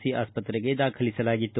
C ಆಸ್ಪತ್ತೆಗೆ ದಾಖಲಿಸಲಾಗಿತ್ತು